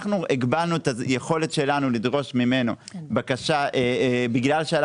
אנחנו הגבלנו את היכולת שלנו לדרוש ממנו בקשה בגלל שעלה